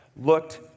looked